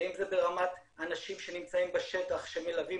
ואם זה ברמת האנשים שנמצאים בשטח שמלווים